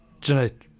Janet